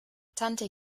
tante